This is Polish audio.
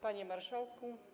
Panie Marszałku!